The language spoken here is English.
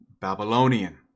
Babylonian